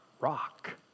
rock